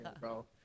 bro